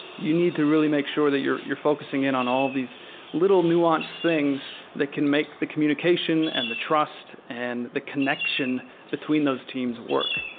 you need to really make sure that you're you're focusing in on all these little nuanced things that can make the communication and the trust and the connection between those teams work.